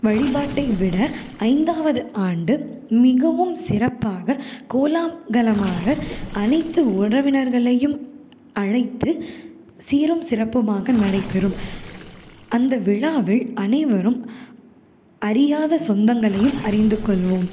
வழிபாட்டை விட ஐந்தாவது ஆண்டு மிகவும் சிறப்பாக கோலாகலமாக அனைத்து உறவினர்களையும் அழைத்து சீரும் சிறப்புமாக நடைபெறும் அந்த விழாவில் அனைவரும் அறியாத சொந்தங்களையும் அறிந்து கொள்வோம்